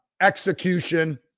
execution